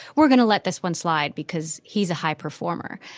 we're going to let this one slide because he's a high performer.